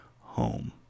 home